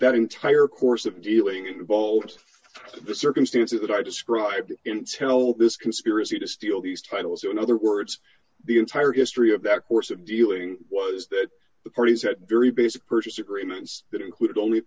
that entire course of dealing in both d the circumstances that i described internal this conspiracy to steal these titles in other words the entire history of that course of dealing was that the parties at very basic purchase agreements that included only